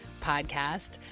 podcast